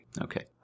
Okay